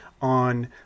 on